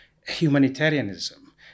humanitarianism